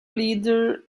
leader